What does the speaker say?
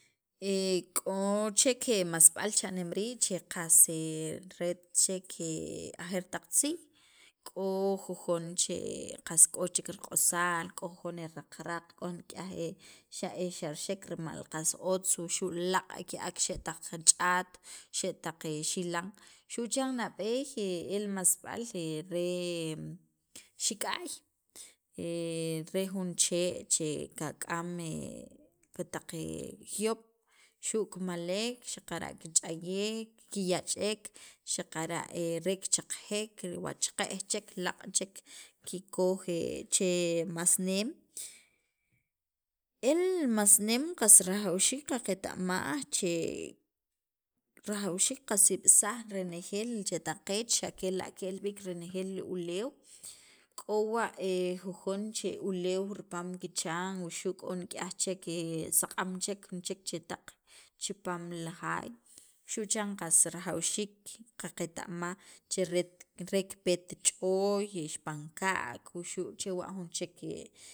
k'o chek masb'al che cha'neem rii' che qas ret chek ke ajeer taq tziij k'o jujon che qas k'o chek riq'osal k'o jujon e raqrak, k'o nik'yaj xa' e xarxek rimal qas otz wuxu' laaq' ke'ak xe' taq ch'aat xe' taq xilan xu' chan nab'eey el masb'al re xik'ay, re jun chee' che kak'am pi taq juyob' xu' kimalek xaqara' kich'ayek, kiyach'ek xaqara' re kich'eqejek, wa chaqej chek laaq' chek kikoj che masneem, el masneem qas rajawxiik qaqeta'maj che rajawxiik qasib'saj renejeel che taq qeech xa' kela' ke'l b'iik renejeel uleew, k'o wa' jujon che uleew ripaam kichan wuxu' k'o nik'yaj chek saq'am chek nik'yaj chek chetaq chipaam li jaay xu' chan qas rajawxiik qaqeta'maj che ret re kipet ch'ooy ixpanka'k wuxu' jun chek.